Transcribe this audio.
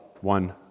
one